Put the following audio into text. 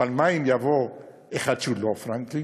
אבל מה אם יבוא אחד שהוא לא פרנקלין,